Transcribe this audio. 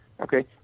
Okay